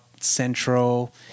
Central